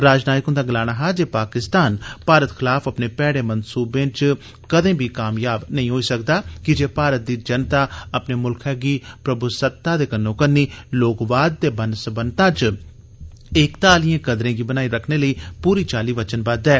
राजनायक हन्दा गलाना हा जे पाकिस्तान भारत खलाफ अपने पैड़े मनसूबे च कदे बी कामयाब नेंई होई सकदा कीजे भारत दी जनता अपने मुल्खै गी प्रभ्सत्ता दे कन्नो कन्नी लोकवाद ते बन सबन्नता च एकता आलियें कदरें गी बनाई रक्खने लेई पूरी चाली वचनबद्व ऐ